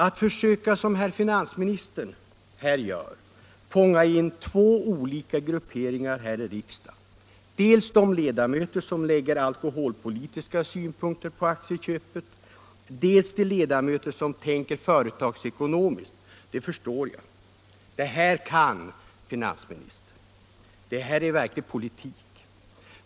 Att herr finansministern försöker fånga in två olika grupperingar i riksdagen — dels de ledamöter som lägger alkoholpolitiska synpunkter på aktieköpet, dels de ledamöter som tänker företagsekonomiskt — förstår jag. Det här kan finansministern. Det här är verklig politik.